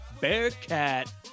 Bearcat